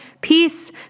peace